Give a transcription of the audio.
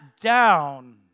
down